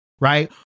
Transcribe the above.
right